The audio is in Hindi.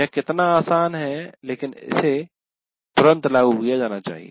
यह कितना आसान है लेकिन इसे तुरंत लागू किया जाना चाहिए